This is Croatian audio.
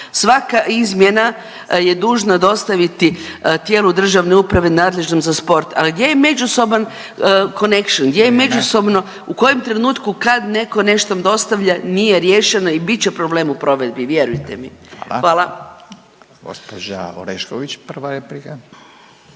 svaka izmjena je dostaviti tijelu državne uprave nadležnom za sport, ali gdje je međusoban connection, gdje je međusobno …/Upadica: Vrijeme./… u kojem trenutku kad netko nekom dostavlja nije riješeno i bit će problem u provedbi vjerujte mi. Hvala. **Radin, Furio (Nezavisni)** Hvala.